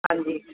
ਹਾਂਜੀ